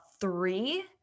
three